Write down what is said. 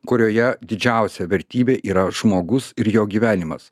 kurioje didžiausia vertybė yra žmogus ir jo gyvenimas